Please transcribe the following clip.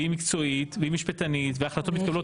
היא מקצועית והיא משפטנית וההחלטות מתקבלות